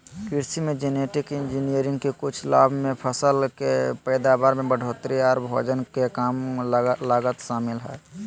कृषि मे genetic engineering के कुछ लाभ मे फसल के पैदावार में बढ़ोतरी आर भोजन के कम लागत शामिल हय